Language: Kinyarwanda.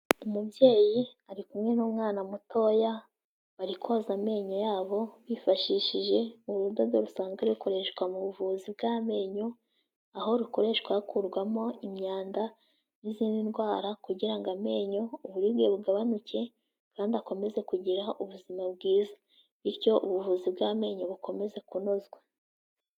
Umubyeyi ari kumwe n'umwana mutoya, bari koza amenyo yabo bifashishije urudodo rusanzwe rukoreshwa mu buvuzi bw'amenyo, aho rukoreshwa hakurwamo imyanda n'izindi ndwara kugira amenyo uburibwe bugabanuke kandi akomeze kugira ubuzima bwiza, bityo ubuvuzi bw'amenyo bukomeza kunozwa.